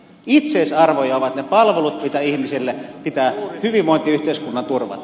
itseisarvoja ovat ne palvelut joita ihmisille pitää hyvinvointiyhteiskunnan turvata